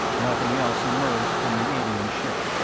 nothing else emerged from the alien ship.